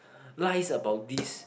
lies about this